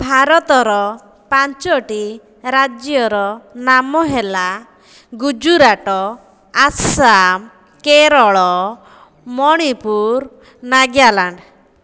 ଭାରତର ପାଞ୍ଚୋଟି ରାଜ୍ୟର ନାମ ହେଲା ଗୁଜୁରାଟ ଆସାମ କେରଳ ମଣିପୁର ନାଗ୍ୟାଲାଣ୍ଡ